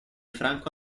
franco